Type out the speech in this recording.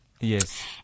Yes